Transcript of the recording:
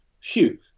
phew